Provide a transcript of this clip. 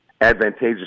advantageous